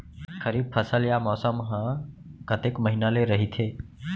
खरीफ फसल या मौसम हा कतेक महिना ले रहिथे?